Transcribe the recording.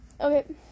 Okay